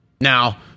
Now